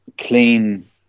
clean